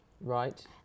Right